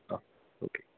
ആ ഓക്കെ